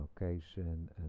location